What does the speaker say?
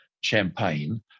champagne